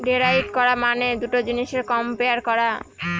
derive করা মানে দুটা জিনিসের কম্পেয়ার করা